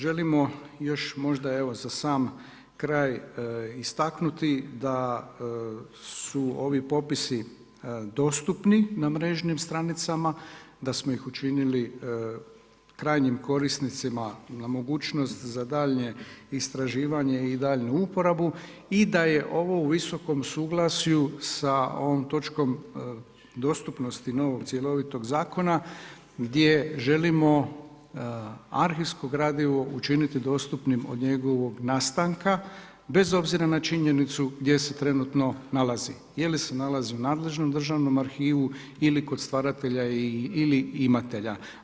Želimo još možda za sam kraj istaknuti da su ovi popisi dostupni na mrežnim stranicama, da smo ih učinili krajnjim korisnicima na mogućnost za daljnje istraživanje i daljnju uporabu i da je ovo u visokom suglasju sa ovom točkom dostupnosti novog cjelovitog zakona gdje želimo arhivsko gradivo učiniti dostupnim od njegovog nastanka, bez obzira na činjenicu gdje se trenutno nalazi, je li se nalazi u nadležnom državnom arhivu ili kod stvaratelja ili imatelja.